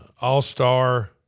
All-Star